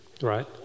Right